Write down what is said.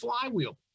flywheel